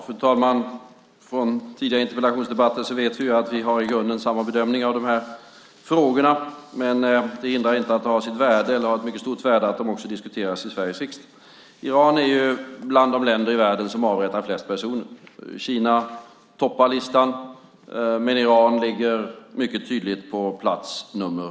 Fru talman! Från tidigare interpellationsdebatter vet vi ju att vi i grunden gör samma bedömning av de här frågorna. Det hindrar inte att det har ett mycket stort värde att de också diskuteras i Sveriges riksdag. Iran är bland de länder i världen som avrättar flest personer. Kina toppar listan, men Iran ligger mycket tydligt på plats nr 2.